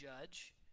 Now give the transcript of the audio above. judge